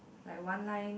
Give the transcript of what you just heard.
like one line